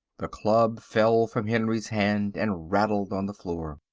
the club fell from henry's hand and rattled on the floor.